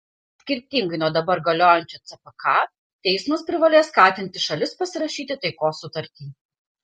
skirtingai nuo dabar galiojančio cpk teismas privalės skatinti šalis pasirašyti taikos sutartį